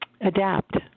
adapt